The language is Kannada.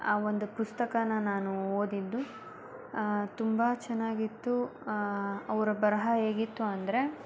ಆ ಒಂದು ಪುಸ್ತಕಾನ ನಾನು ಓದಿದ್ದು ತುಂಬ ಚೆನ್ನಾಗಿತ್ತು ಅವರ ಬರಹ ಹೇಗಿತ್ತು ಅಂದರೆ